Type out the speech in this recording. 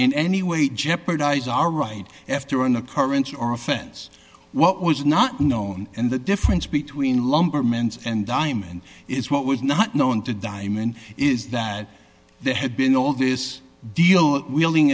any way jeopardize our right after an occurrence or offense what was not known and the difference between lumbermen's and diamond is what was not known to diamond is that there had been all this deal wheeling